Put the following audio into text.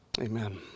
amen